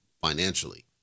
financially